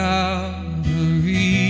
Calvary